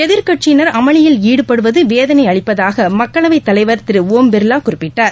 எதிர்க்கட்சியினர் அமளியில் ஈடுபடுவது வேதனையளிப்பதாக மக்களவை தலைவர் திரு ஓம்பிர்லா குறிப்பிட்டார்